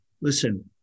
Listen